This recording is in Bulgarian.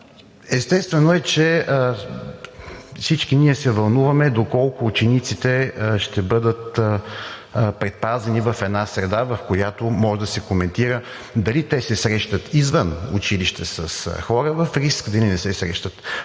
Естествено е, че всички ние се вълнуваме доколко учениците ще бъдат предпазени в една среда, в която може да се коментира дали те се срещат извън училище с хора в риск, или не се срещат.